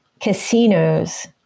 casinos